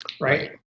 right